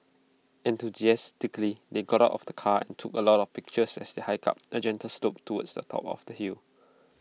enthusiastically they got out of the car and took A lot of pictures as they hiked up the gentle slope towards the top of the hill